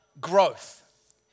growth